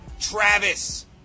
travis